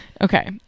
okay